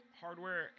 hardware